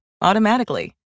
automatically